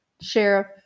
sheriff